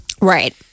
Right